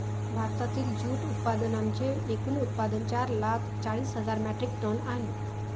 भारतातील जूट उत्पादनांचे एकूण उत्पादन चार लाख चाळीस हजार मेट्रिक टन आहे